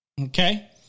Okay